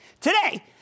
today